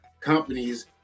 companies